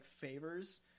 favors